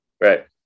Right